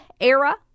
era